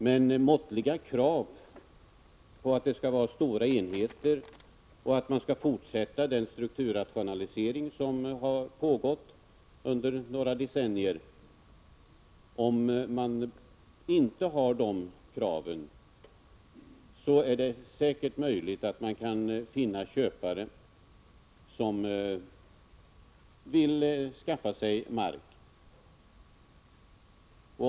Men om man inte ställer rimliga krav på att det skall vara stora enheter och på att man skall fortsätta den strukturrationalisering som har pågått under några decennier är det säkert möjligt att finna köpare som vill skaffa sig mark.